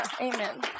Amen